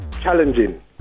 Challenging